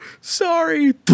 sorry